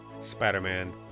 Spider-Man